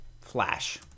flash